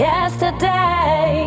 Yesterday